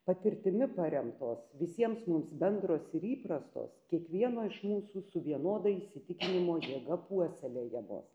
patirtimi paremtos visiems mums bendros ir įprastos kiekvieno iš mūsų su vienoda įsitikinimo jėga puoselėjamos